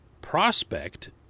prospect